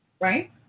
right